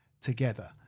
together